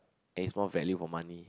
and is more value for money